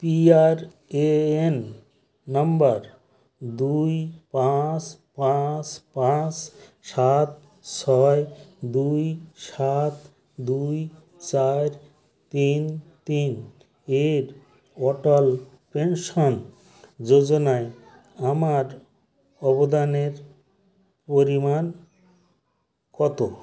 PRAN নম্বর দুই পাঁচ পাঁচ পাঁচ সাত ছয় দুই সাত দুই চার তিন তিন এর অটল পেনশন যোজনায় আমার অবদানের পরিমাণ কত